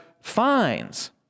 fines